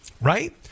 Right